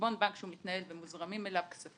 חשבון בנק שהוא מתנהל ומוזרמים אליו כספים,